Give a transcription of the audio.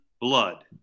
blood